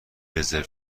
رزرو